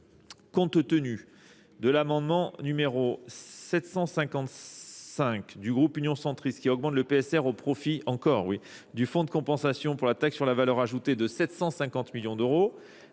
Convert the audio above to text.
compte tenu de l'amendement numéro 755 du groupe union centriste qui augmente le PSR au profit encore du fonds de compensation pour la taxe sur la valeur ajoutée de 750 millions d'euros,